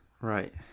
Right